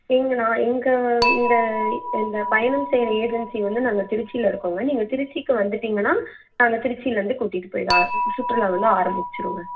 எங்கள் நான் எங்கள் இந்த இந்த பயணம் செய்கிற ஏஜென்சி வந்து நாங்கள் திருச்சியில் இருக்கோங்க நீங்கள் திருச்சிக்கு வந்துட்டிங்கன்னால் நாங்கள் திருச்சியில் வந்து கூட்டிட்டு போயிட்டால் சுற்றுலா வந்து ஆரம்மிச்சிருங்க